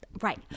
right